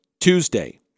Tuesday